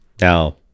Now